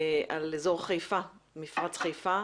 על אזור מפרץ חיפה.